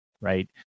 right